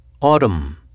Autumn